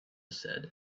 said